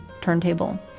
turntable